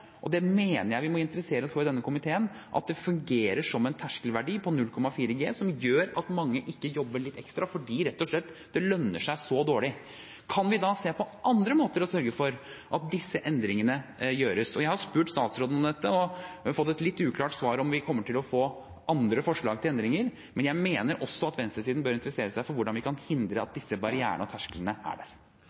og det mener jeg vi må interessere oss for i denne komiteen – at det fungerer som en terskelverdi på 0,4G, som gjør at mange ikke jobber litt ekstra fordi det rett og slett lønner seg så dårlig. Kan vi da se på andre måter for å sørge for at disse endringene gjøres? Jeg har spurt statsråden om dette og fått et litt uklart svar på om vi kommer til å få andre forslag til endringer, men jeg mener også at venstresiden bør interessere seg for hvordan vi kan hindre at disse barrierene og tersklene er der.